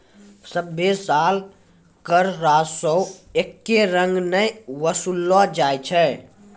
सभ्भे साल कर राजस्व एक्के रंग नै वसूललो जाय छै